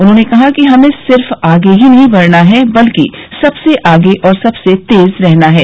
उन्हॉने कहा कि हमें सिर्फ आगे ही नहीं बढना है बल्कि सबसे आगे और सबसे तेज रहना है